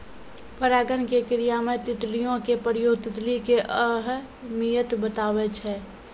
परागण के क्रिया मे तितलियो के प्रयोग तितली के अहमियत बताबै छै